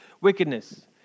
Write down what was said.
wickedness